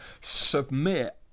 submit